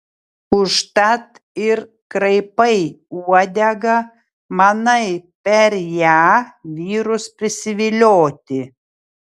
užtat ir kraipai uodegą manai per ją vyrus prisivilioti